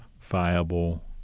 viable